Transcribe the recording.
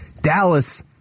Dallas